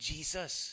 Jesus